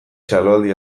txaloaldi